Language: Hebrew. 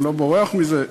אני לא בורח מזה.